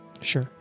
Sure